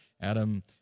Adam